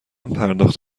پرداخت